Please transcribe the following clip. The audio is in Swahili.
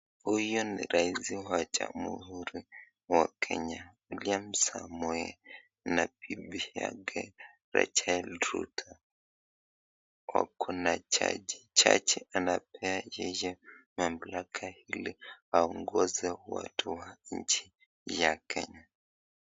Huyu ni rais wa jamuhuri ya kenya William Samoei na bibi yake Rechael Ruto wako na jaji, jaji anapea yeye mamalaka ili aongoze nchi ya Kenya.